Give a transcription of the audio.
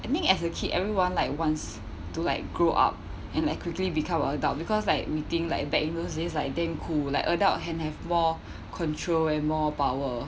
I think as a kid everyone like wants to like grow up and like quickly become a adult because like we think like back in those days like damn cool like adult can have more control and more power